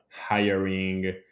hiring